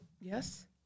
yes